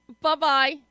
Bye-bye